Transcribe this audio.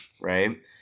right